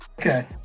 Okay